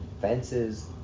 fences